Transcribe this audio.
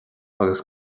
agus